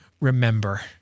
remember